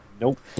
Nope